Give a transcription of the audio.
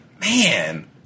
Man